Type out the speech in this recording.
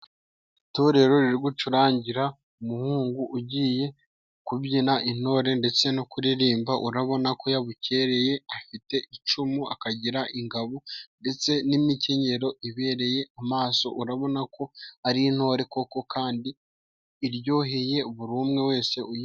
Itorero riri gucurangira umuhungu ugiye kubyina intore ndetse no kuririmba, urabona ko yabukereye, afite icumu, akagira ingabo ndetse n'imikenyero ibereye amaso, urabona ko ari intore koko kandi iryoheye buri umwe wese uyi.